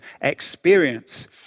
experience